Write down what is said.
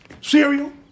cereal